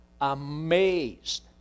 amazed